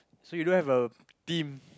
so you don't have a team